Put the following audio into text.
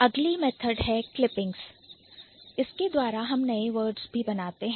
अगली Methodहै Clippings जिसके द्वारा भी हम नए words बनाते हैं